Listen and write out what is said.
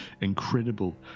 incredible